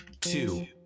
two